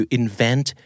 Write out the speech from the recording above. invent